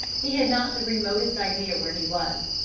he had not the remotest idea where he was.